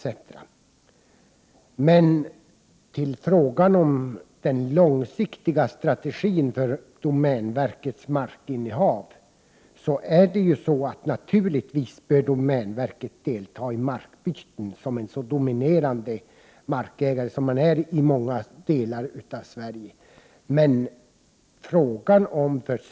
Men när det gäller frågan om den långsiktiga strategin för domänverkets markinnehav bör naturligtvis domänverket delta i markbyten, eftersom det är en så dominerande markägare i många delar av Sverige.